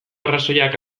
arrazoiak